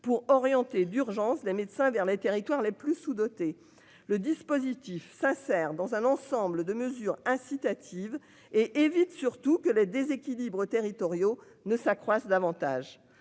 pour orienter d'urgence, les médecins vers les territoires les plus sous-dotées. Le dispositif s'insère dans un ensemble de mesures incitatives et évite surtout que les déséquilibres territoriaux ne s'accroissent davantage